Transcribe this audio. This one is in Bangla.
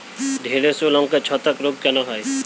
ঢ্যেড়স ও লঙ্কায় ছত্রাক রোগ কেন হয়?